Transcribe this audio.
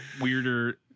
weirder